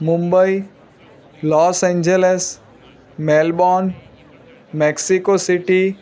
Mumbai Los Angeles Melbourne Mexico city